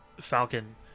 Falcon